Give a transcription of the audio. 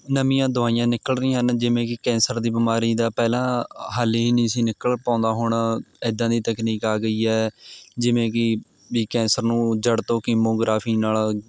ਨਵੀਆਂ ਦਵਾਈਆਂ ਨਿਕਲ ਰਹੀਆਂ ਹਨ ਜਿਵੇਂ ਕਿ ਕੈਂਸਰ ਦੀ ਬਿਮਾਰੀ ਦਾ ਪਹਿਲਾਂ ਹੱਲ ਹੀ ਨਹੀਂ ਸੀ ਨਿਕਲ ਪਾਉਂਦਾ ਹੁਣ ਇੱਦਾਂ ਦੀ ਤਕਨੀਕ ਆ ਗਈ ਹੈ ਜਿਵੇਂ ਕਿ ਵੀ ਕੈਂਸਰ ਨੂੰ ਜੜ੍ਹ ਤੋਂ ਕੀਮੋਗ੍ਰਾਫੀ ਨਾਲ਼